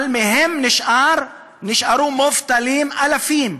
אבל מהם נשארו מובטלים אלפים,